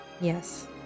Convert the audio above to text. Yes